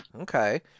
Okay